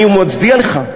אני מצדיע לך.